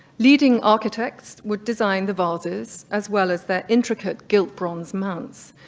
leading architects would design the vases as well as their intricate gilt bronze mounts,